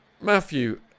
Matthew